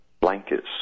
blankets